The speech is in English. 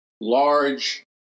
large